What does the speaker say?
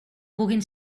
puguin